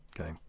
Okay